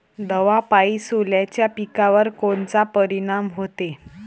दवापायी सोल्याच्या पिकावर कोनचा परिनाम व्हते?